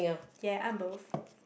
ya I'm both